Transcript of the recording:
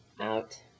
out